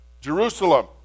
Jerusalem